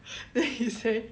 then he say